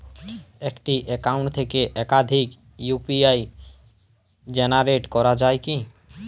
একটি অ্যাকাউন্ট থেকে একাধিক ইউ.পি.আই জেনারেট করা যায় কি?